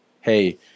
hey